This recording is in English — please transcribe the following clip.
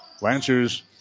Lancers